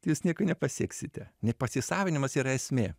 jūs nieko nepasieksite ne pasisavinimas yra esmė